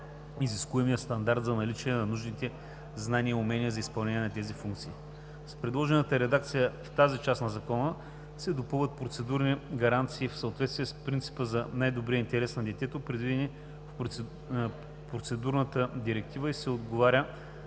изискуемият стандарт за наличие на нужните знания и умения за изпълнението на тази функция. С предложената редакция в тази част на Закона се допълват процедурни гаранции в съответствие с принципа за най-добрия интерес на детето, предвидени в Процедурната директива, и се отговаря